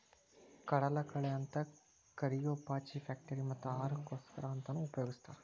ಕಡಲಕಳೆ ಅಂತ ಕರಿಯೋ ಪಾಚಿ ಫ್ಯಾಕ್ಟರಿ ಮತ್ತ ಆಹಾರಕ್ಕೋಸ್ಕರ ಅಂತಾನೂ ಉಪಯೊಗಸ್ತಾರ